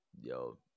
yo